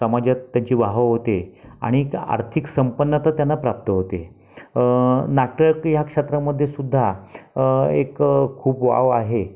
समाजात त्यांची वाह होते आणि आर्थिक संपन्नता त्यांना प्राप्त होते नाटक ह्या क्षेत्रामध्येसुद्धा एक खूप वाव आहे